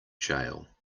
jail